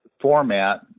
format